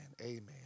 Amen